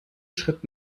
schritt